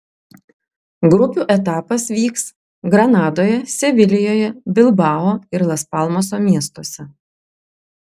grupių etapas vyks granadoje sevilijoje bilbao ir las palmaso miestuose